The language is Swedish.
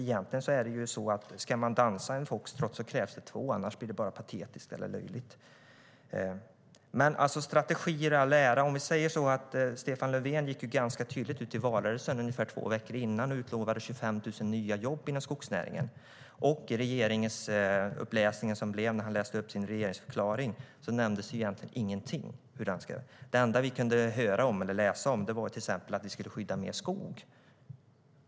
Men ska man dansa foxtrot krävs det två. Annars blir det bara patetiskt eller löjligt. Det enda vi kunde höra om eller läsa om var till exempel att vi skulle skydda mer skog.